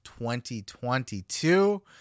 2022